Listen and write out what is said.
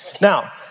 Now